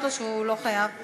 אתה לא חייב להשיב.